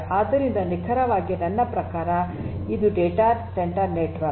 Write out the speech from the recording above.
ಆದ್ದರಿಂದ ನಿಖರವಾಗಿ ನನ್ನ ಪ್ರಕಾರ ಇದು ಡೇಟಾ ಸೆಂಟರ್ ನೆಟ್ವರ್ಕ್